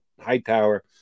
Hightower